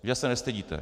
Že se nestydíte!